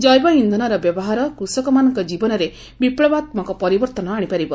ଜୈବ ଇନ୍ଧନର ବ୍ୟବହାର କୃଷକମାନଙ୍କ ଜୀବନରେ ବିପ୍ଲବାତ୍ମକ ପରିବର୍ତ୍ତନ ଆଣିପାରିବ